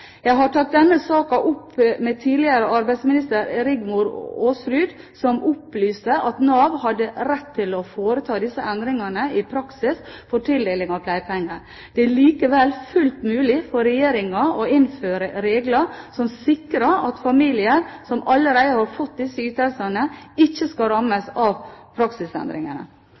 Jeg har tatt denne saken opp med tidligere arbeidsminister Rigmor Aasrud, som opplyste at Nav hadde rett til å foreta disse endringene i praksis for tildeling av pleiepenger. Det er likevel fullt mulig for Regjeringen å innføre regler som sikrer at familier som allerede har fått disse ytelsene, ikke skal rammes av